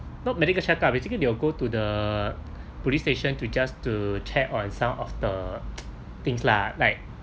not medical check up basically they will go to the police station to just to check on some of the things lah like